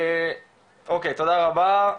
תודה רבה.